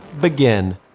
begin